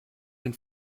den